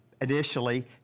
initially